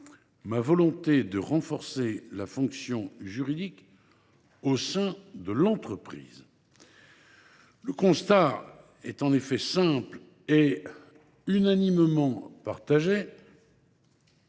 ma volonté de renforcer la fonction juridique au sein de l’entreprise. En effet, le constat est simple et unanimement partagé